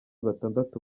batandatu